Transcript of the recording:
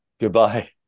goodbye